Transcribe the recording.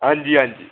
हां जी हां जी